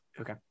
Okay